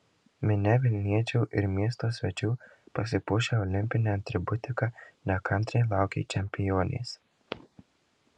minia vilniečių ir miesto svečių pasipuošę olimpine atributika nekantriai laukė čempionės